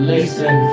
Listen